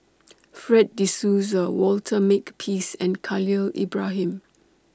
Fred De Souza Walter Makepeace and Khalil Ibrahim